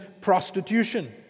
prostitution